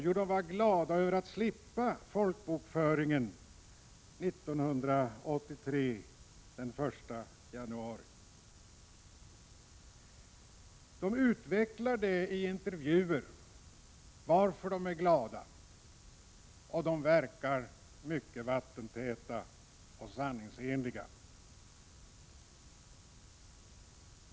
Jo, de var glada över att slippa folkbokföringen den 1 januari 1983. De utvecklar detta i intervjuer. Dessa intervjuer verkar mycket vattentäta och sanningsenliga.